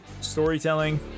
storytelling